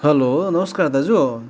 hello नमस्कार दाजु